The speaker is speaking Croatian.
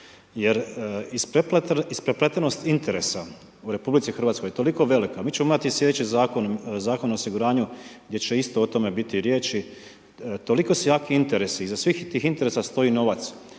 jer isprepletenost interesa u RH je toliko velika, mi ćemo imati slijedeći zakon, Zakon o osiguranju gdje će isto o tome biti riječi. Toliko su jaki interesi, iza svih tih interesa stoji novac